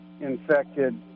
infected